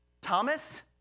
Thomas